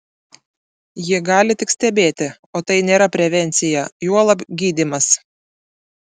ji gali tik stebėti o tai nėra prevencija juolab gydymas